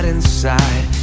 Inside